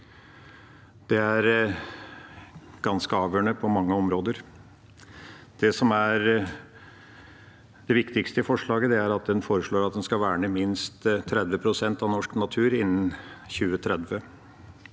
Det er ganske avgjørende på mange områder. Det som er det viktigste i forslaget, er at en foreslår at en skal verne minst 30 pst. av norsk natur innen 2030.